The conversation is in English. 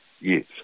Yes